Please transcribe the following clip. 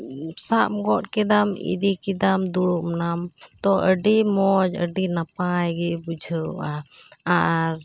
ᱥᱟᱵ ᱜᱚᱫ ᱠᱮᱫᱟᱢ ᱤᱫᱤ ᱠᱮᱫᱟᱢ ᱫᱩᱲᱩᱵ ᱮᱱᱟᱢ ᱛᱚ ᱟᱹᱰᱤ ᱢᱚᱡᱽ ᱟᱹᱰᱤ ᱱᱟᱯᱟᱭ ᱜᱮ ᱵᱩᱡᱷᱟᱹᱣᱼᱟ ᱟᱨ